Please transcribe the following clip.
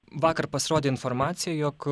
vakar pasirodė informacija jog